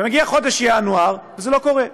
ומגיע חודש ינואר, וזה לא קורה.